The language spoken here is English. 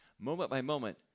moment-by-moment